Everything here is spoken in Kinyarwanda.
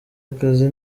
akazi